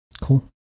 Cool